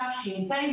תש"ף,